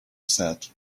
said